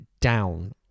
down